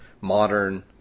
modern